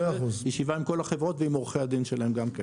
זה ישיבה עם כל החברות ועם עורכי הדין שלהם.